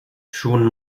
schon